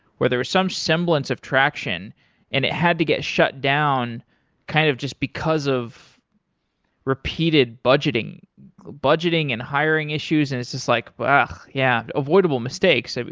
where there is some semblance of traction and it had to get shutdown kind of just because of repeated budgeting budgeting and hiring issues and it's just like but yeah, avoidable mistakes.